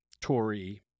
tory